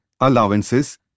allowances